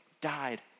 died